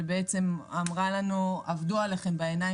שבעצם אמר לנו שעבדו עלינו,